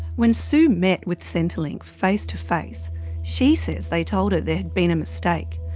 when sue met with centrelink face to face she says they told her there had been a mistake,